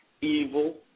evil